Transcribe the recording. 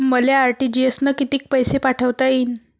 मले आर.टी.जी.एस न कितीक पैसे पाठवता येईन?